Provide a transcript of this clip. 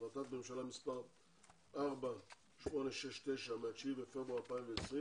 החלטת ממשלה מספר 4869 מ-9 בפברואר 2020,